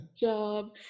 job